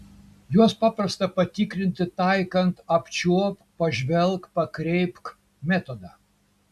juos paprasta patikrinti taikant apčiuopk pažvelk pakreipk metodą